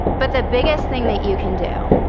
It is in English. but the biggest thing that you can do